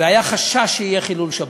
והיה חשש שיהיה חילול שבת.